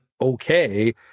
okay